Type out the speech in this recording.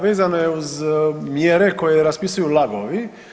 Vezano je uz mjere koje raspisuju LAG-ovi.